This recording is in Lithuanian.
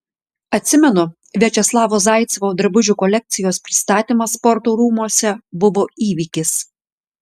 atsimenu viačeslavo zaicevo drabužių kolekcijos pristatymas sporto rūmuose buvo įvykis